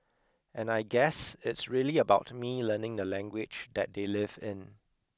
and I guess it's really about me learning the language that they live in